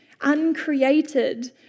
uncreated